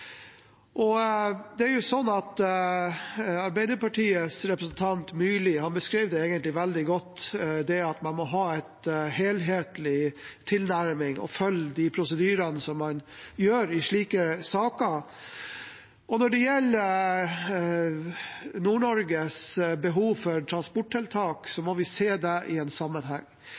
Arbeiderpartiets representant, Myrli, beskrev det egentlig veldig godt: at man må ha en helhetlig tilnærming og følge de prosedyrene som man gjør i slike saker. Og når det gjelder Nord-Norges behov for transporttiltak, må vi se det i en sammenheng.